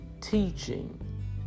teaching